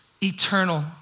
eternal